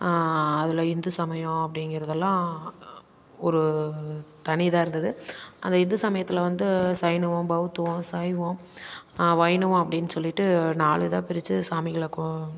அதில் இந்து சமயம் அப்படிங்கிறதெல்லாம் ஒரு தனி இதாக இருந்தது அந்த இந்து சமயத்தில் வந்து சைனவம் பௌத்துவம் சைவம் வைணவம் அப்படின்னு சொல்லிவிட்டு நாலு இதாக பிரித்து சாமிகளை கு